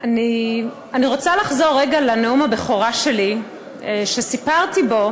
אני רוצה לחזור רגע לנאום הבכורה שלי, שסיפרתי בו